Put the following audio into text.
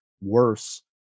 worse